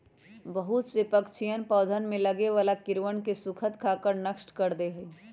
बहुत से पक्षीअन पौधवन में लगे वाला कीड़वन के स्खुद खाकर नष्ट कर दे हई